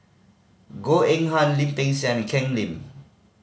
Goh Eng Han Lim Peng Siang and Ken Lim